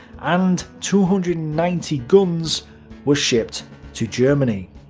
and two hundred and ninety guns were shipped to germany.